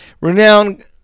renowned